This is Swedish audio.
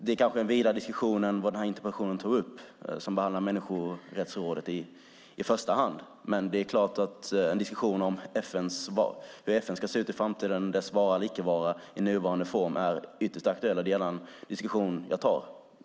Det kanske är en vidare diskussion än vad den här interpellationen tar upp, som i första hand handlar om människorättsrådet. En diskussion om hur FN ska se ut i framtiden och om dess vara eller icke-vara i nuvarande form är ytterst aktuell. Det är en diskussion som jag gärna tar.